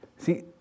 See